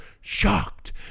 shocked